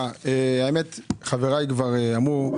חבריי כבר אמרו.